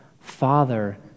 Father